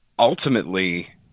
Ultimately